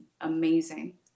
amazing